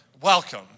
Welcome